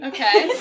Okay